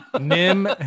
Nim